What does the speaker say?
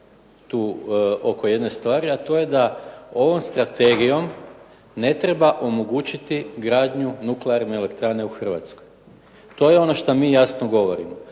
tu oko jedne stvari, a to je da ovom strategijom ne treba omogućiti gradnju nuklearne elektrane u Hrvatskoj. To je ono što mi jasno govorimo,